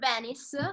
Venice